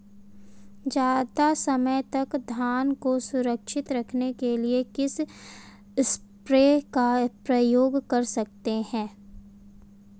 ज़्यादा समय तक धान को सुरक्षित रखने के लिए किस स्प्रे का प्रयोग कर सकते हैं?